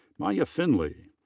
mya findley.